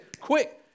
quick